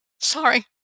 sorry